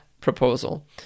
proposal